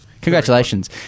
Congratulations